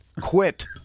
Quit